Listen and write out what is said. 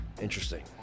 interesting